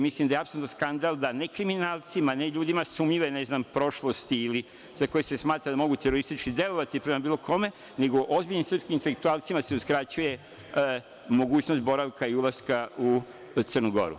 Mislim da je apsolutan skandal da, ne kriminalcima, ne ljudima sumnjive, ne znam, prošlosti ili za koje se smatra da mogu teroristički delovati prema bilo kome, nego ozbiljnim srpskim intelektualcima se uskraćuje mogućnost boravka i ulaska u Crnu Goru.